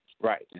right